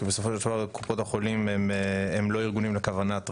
כי בסופו של דבר קופות החולים הם לא ארגונים לכוונת רווח,